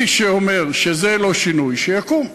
מי שאומר שזה לא שינוי, שיקום.